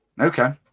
Okay